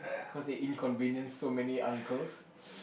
cause that inconvenienced so many uncles